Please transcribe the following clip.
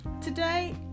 Today